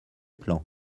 plan